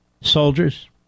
soldiers